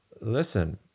listen